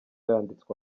yanditswe